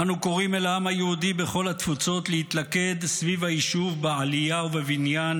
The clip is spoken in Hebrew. אנו קוראים אל העם היהודי בכל התפוצות להתלכד סביב היישוב בעלייה ובבניין